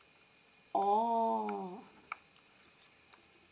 oh